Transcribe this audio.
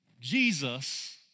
Jesus